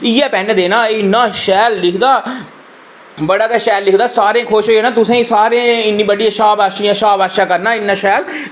इ'यै पेन देना इन्ना शैल लिखदा बड़ा गै शैल लिखदा ते सारें खुश होई जाना तुसें ई सारें ई इन्नी बड्डी शाबाश करना इन्ना शैल